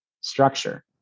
structure